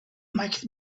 might